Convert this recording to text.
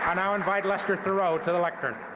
um now invite lester thurow to the lectern.